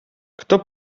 kto